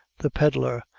the pedlar,